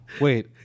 wait